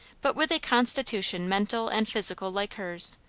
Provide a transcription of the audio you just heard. but with a constitution mental and physical like hers,